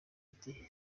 ati